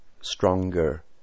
Stronger